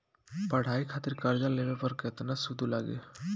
पढ़ाई खातिर कर्जा लेवे पर केतना सूद लागी?